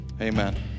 amen